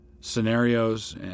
scenarios